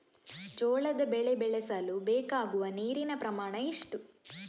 ಜೋಳದ ಬೆಳೆ ಬೆಳೆಸಲು ಬೇಕಾಗುವ ನೀರಿನ ಪ್ರಮಾಣ ಎಷ್ಟು?